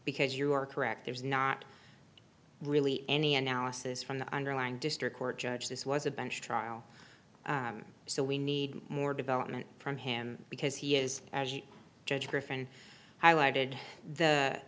because you are correct there is not really any analysis from the underlying district court judge this was a bench trial so we need more development from him because he is a judge griffin highlighted the